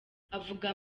avuga